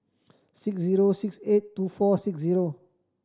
six zero six eight two four six zero